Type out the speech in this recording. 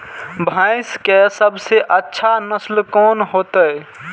भैंस के सबसे अच्छा नस्ल कोन होते?